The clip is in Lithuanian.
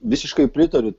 visiškai pritariu